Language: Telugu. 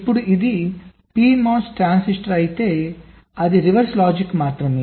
ఇప్పుడు ఇది PMOS ట్రాన్సిస్టర్ అయితే అది రివర్స్ లాజిక్ మాత్రమే